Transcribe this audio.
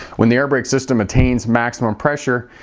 when the airbrake system maintains maximum pressure,